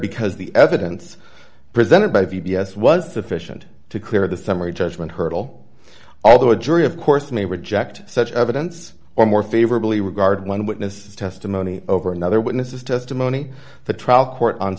because the evidence presented by the b s was sufficient to clear the summary judgment hurdle although a jury of course may reject such evidence or more favorably regarded one witness's testimony over another witness's testimony the trial court on